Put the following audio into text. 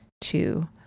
two